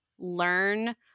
learn